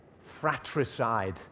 fratricide